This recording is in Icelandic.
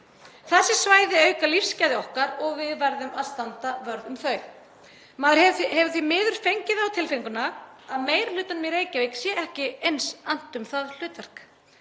Þessi svæði auka lífsgæði okkar og við verðum að standa vörð um þau. Maður hefur því miður fengið það á tilfinninguna að meiri hlutanum í Reykjavík sé ekki eins annt um það hlutverk.